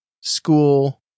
school